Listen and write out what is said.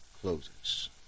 closes